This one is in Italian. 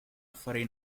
affari